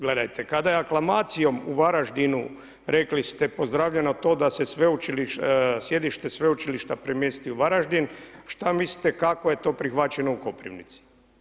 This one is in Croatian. Gledajte, kada je aklamacijom u Varaždinu, rekli ste, pozdravljeno to da se sjedište sveučilišta premjesti u Varaždin, što mislite kako je to prihvaćeno u Koprivnici?